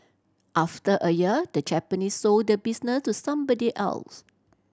after a year the Japanese sold the business to somebody else